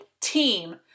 team